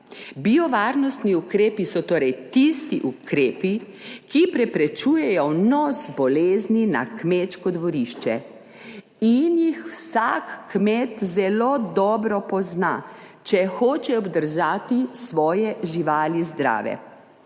Biovarnostni ukrepi so torej tisti ukrepi, ki preprečujejo vnos bolezni na kmečko dvorišče in jih vsak kmet zelo dobro pozna, če hoče obdržati svoje živali zdrave.